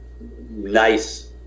nice